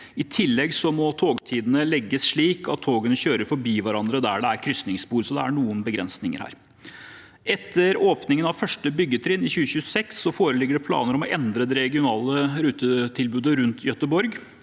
I tillegg må togtidene legges slik at togene kjører forbi hverandre der det er krysningsspor. Det er noen begrensninger. Etter åpningen av første byggetrinn i 2026 foreligger det planer om å endre det regionale rutetilbudet rundt Göteborg.